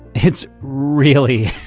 it's really,